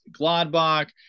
Gladbach